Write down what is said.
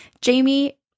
Jamie